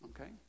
okay